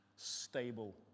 Stable